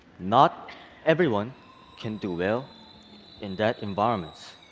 not everyone can do well in that environment.